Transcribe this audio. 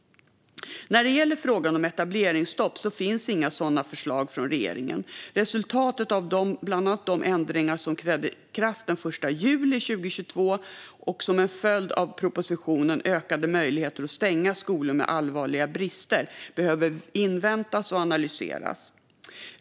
När det gäller frågan om etableringsstopp finns inga sådana förslag från regeringen. Resultatet av bland annat de ändringar som trädde i kraft den 1 juli 2022 som en följd av propositionen Ökade möjligheter att stänga skolor med allvarliga brister behöver inväntas och analyseras.